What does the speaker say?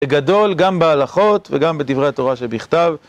בגדול, גם בהלכות וגם בדברי התורה שבכתב